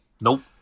Nope